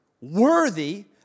worthy